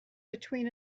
between